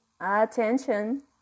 Attention